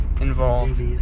involved